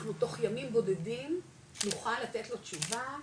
אנחנו תוך ימים בודדים, נוכל לתת לו תשובה,